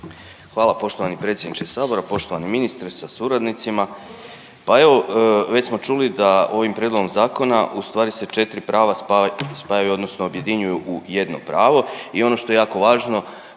Hvala poštovani predsjedniče sabora. Poštovani ministre sa suradnicima. Pa evo već smo čuli da ovim prijedlogom zakona u stvari se 4 prava spajaju odnosno objedinjuju u jedno pravo i ono što je jako važno,